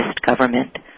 government